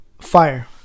Fire